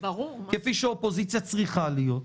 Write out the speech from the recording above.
כפי שאופוזיציה צריכה להיות,